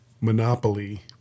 monopoly